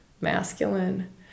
masculine